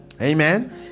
Amen